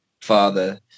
father